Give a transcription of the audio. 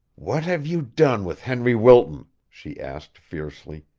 what have you done with henry wilton? she asked fiercely.